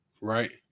right